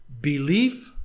belief